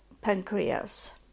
pancreas